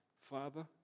Father